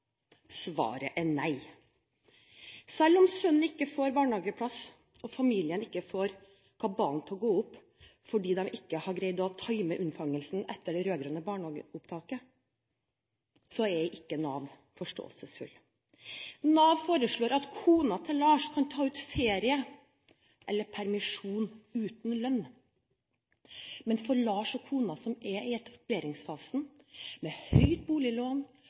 Svaret er: Nei. Selv om sønnen ikke får barnehageplass, og familien ikke får kabalen til å gå opp fordi de ikke har greid å time unnfangelsen etter det rød-grønne barnehageopptaket, er ikke Nav forståelsesfull. Nav foreslår at kona til Lars kan ta ut ferie eller permisjon uten lønn. Men for Lars og kona, som er i etableringsfasen, med høyt boliglån,